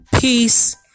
peace